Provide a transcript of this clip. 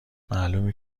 معلومه